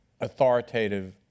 authoritative